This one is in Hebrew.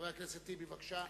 חבר הכנסת טיבי, בבקשה.